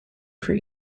for